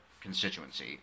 constituency